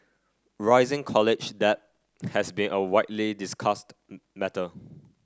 rising college debt has been a widely discussed matter